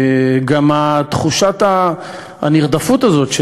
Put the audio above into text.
וגם תחושת הנרדפות הזאת,